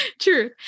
True